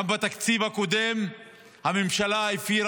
גם בתקציב הקודם הממשלה הפרה